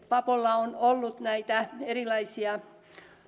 vapolla on ollut näitä erilaisia